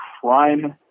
Crime